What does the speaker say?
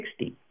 60